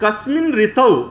कस्मिन् ऋतौ